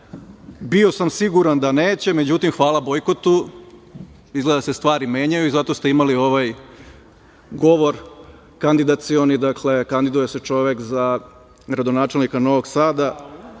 bio sam siguran da neće međutim hvala bojkotu, izgleda se stvari menjaju zato ste imali govor kandidacioni, dakle kandiduje se čovek za gradonačelnika Novog Sada,